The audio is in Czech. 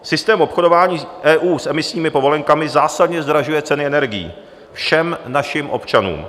Systém obchodování EU s emisními povolenkami zásadně zdražuje ceny energií všem našim občanům.